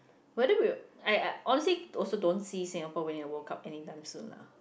whether we will I I honestly also don't see Singapore winning a World-Cup anytime soon lah